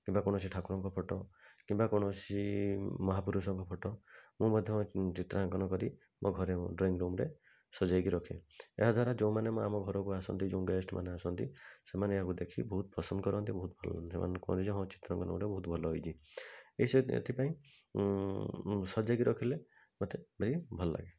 କିମ୍ବା କୌଣସି ଠାକୁରଙ୍କ ଫୋଟୋ କିମ୍ବା କୌଣସି ମହାପୁରୁଷଙ୍କ ଫୋଟୋ ମୁଁ ମଧ୍ୟ ଚିତ୍ରାଙ୍କନ କରି ମୋ ଘରେ ମୁଁ ଡ୍ରଇଂ ରୁମ୍ ରେ ସଜେଇକି ରଖେ ଏହାଦ୍ୱାରା ଯୋଉମାନେ ଆମ ଘରକୁ ଆସନ୍ତି ଯୋଉ ଗେଷ୍ଟ୍ ମାନେ ଆସନ୍ତି ସେମାନେ ଆକୁ ଦେଖି ବହୁତ ପସନ୍ଦକରନ୍ତି ବହୁତ ଭଲ ସେମାନେ କୁହନ୍ତି ଯେ ହଁ ଚିତ୍ରାଙ୍କନଗୁଡ଼ା ବହୁତ ଭଲ ହେଇଛି ଏଥିପାଇଁ ସଜେଇକି ରଖିଲେ ମୋତେ ବି ଭଲଲାଗେ